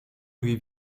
lui